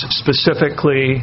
specifically